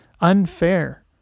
unfair